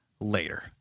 later